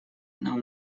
нам